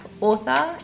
author